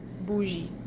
bougie